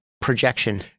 projection